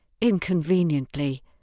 inconveniently